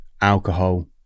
alcohol